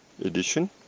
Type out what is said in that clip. edition